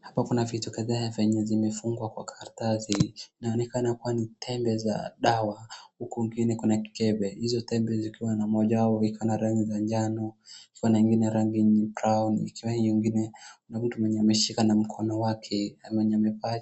Hapa kuna vitu kadhaa vyenye vimefungwa kwa karatasi, inaonekana kuwa ni tembe za dawa huku nyingine iko na kebe, hizo tembe zikiwa na moja yao iko na rangi za njano, ikiwa na inngine rangi ni brown, ikiwa nyingine kuna mtu mwenye ameshika na mkono wake na mwenye amevaa